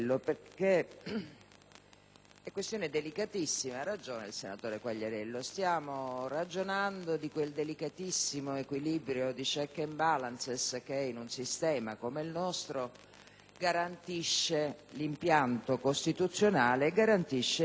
in quanto è delicatissima. Ha ragione il senatore Quagliariello: stiamo ragionando di quel delicatissimo equilibrio di *checks and balances* che, in un sistema come il nostro, garantisce l'impianto costituzionale e garantisce anche